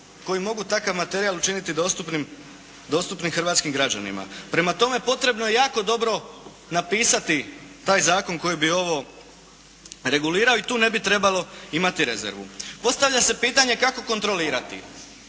koji mogu takav materijal učiniti dostupnim hrvatskim građanima? Prema tome potrebno je jako dobo napisati tak zakon koji bi ovo regulirao i tu ne bi trebalo imati rezervu. Postavlja se pitanje kako kontrolirati?